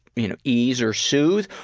you know, ease or soothe,